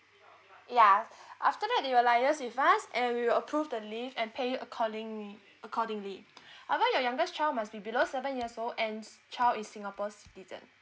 ya after that you will realise with us and we will approve the leave and pay you accordingly accordingly however your youngest child must be below seven years old and child is singapore citizen